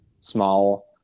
small